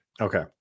Okay